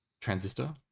Transistor